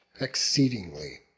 exceedingly